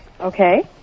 Okay